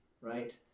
right